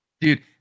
Dude